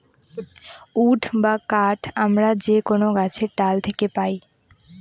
would বা কাঠ আমরা যে কোনো গাছের ডাল থাকে পাই